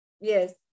yes